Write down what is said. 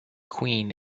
queen